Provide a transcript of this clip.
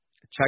check